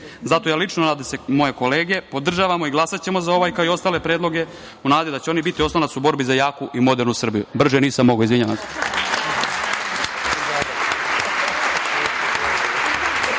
ja lično i nadam se moje kolege, podržavamo i glasaćemo za ovaj, kao o stale predloge, u nadi da će oni biti oslonac u borbi za jaku i modernu Srbiju. Brže nisam mogao, izvinjavam